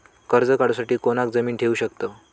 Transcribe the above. कर्ज काढूसाठी कोणाक जामीन ठेवू शकतव?